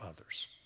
others